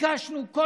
ממי "ביקשנו"?